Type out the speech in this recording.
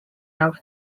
jaoks